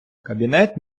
кабінет